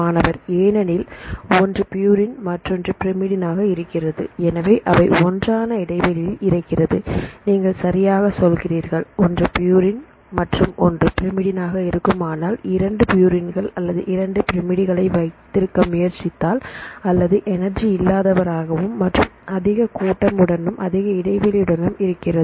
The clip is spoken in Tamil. மாணவர் ஏனெனில் ஒன்று பியூரின் மற்றொன்று பிரமிடின் ஆக இருக்கிறது எனவே அவை ஒன்றான இடைவெளியில் இருக்கிறது நீங்கள் சரியாக சொல்கிறீர்கள் ஒன்று பியூரின் மற்றும் ஒன்று பிரிமிடின் ஆக இருக்குமானால் இரண்டு பியூரின்கள் அல்லது இரண்டு பிரமிடுகளை வைத்திருக்க முயற்சித்தாள் அல்லது எனர்ஜி இல்லாதவராகவும் மற்றும் அதிக கூட்டம் உடனும் அதிக இடைவெளியுடன் இருக்கிறது